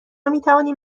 میتوانیم